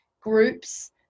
groups